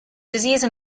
disease